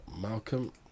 Malcolm